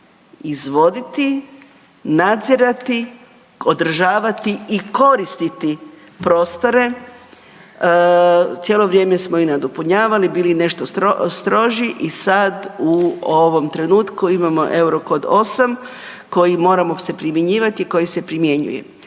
izvoditi, nadzirati, održavati i koristiti prostore, cijelo vrijeme smo i nadopunjavali, bili nešto stroži i sad u ovom trenutku imamo Eurocode 8 koji moramo se primjenjivati i koji se primjenjuje.